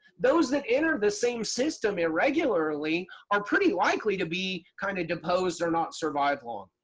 those that enter the same system irregularly are pretty likely to be kind of deposed or not survive long.